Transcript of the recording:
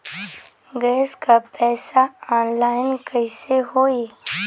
Gas क पैसा online कइसे होई?